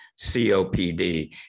COPD